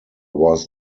was